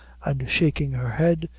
and shaking her head,